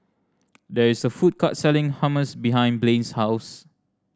there is a food court selling Hummus behind Blain's house